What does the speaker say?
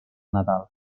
nadal